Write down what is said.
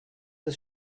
das